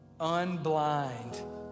unblind